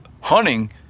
hunting